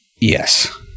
Yes